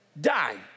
die